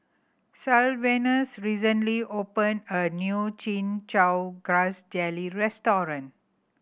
Sylvanus recently opened a new Chin Chow Grass Jelly restaurant